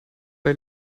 bei